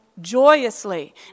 joyously